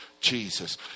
Jesus